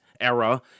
era